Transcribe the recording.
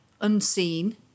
unseen